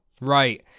Right